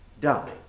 die